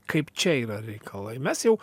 kaip čia yra reikalai mes jau